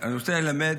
לא, אני שולח הודעה,